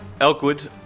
Elkwood